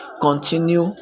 continue